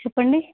చెప్పండి